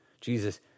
Jesus